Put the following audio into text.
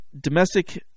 domestic